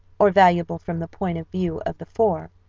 or valuable from the point of view of the four,